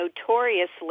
notoriously